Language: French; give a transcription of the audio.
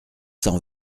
cent